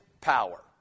power